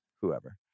whoever